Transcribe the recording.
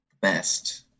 best